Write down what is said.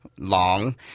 Long